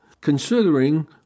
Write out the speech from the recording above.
Considering